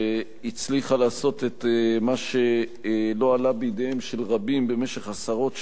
שהצליחה לעשות את מה שלא עלה בידם של רבים במשך עשרות שנים,